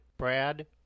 Brad